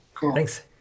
Thanks